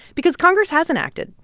because congress hasn't acted.